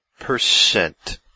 percent